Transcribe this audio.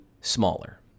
smaller